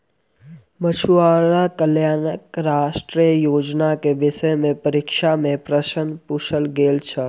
मछुआरा कल्याण राष्ट्रीय योजना के विषय में परीक्षा में प्रश्न पुछल गेल छल